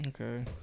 Okay